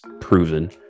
proven